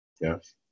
Yes